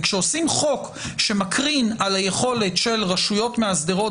וכשעושים חוק שמקרין על היכולת של רשויות מאסדרות